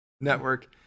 network